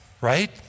right